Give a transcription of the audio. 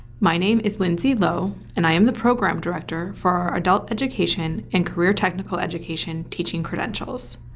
my name is lindsey low and i am the program director for our adult education and career technical education teaching credentials.